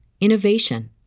innovation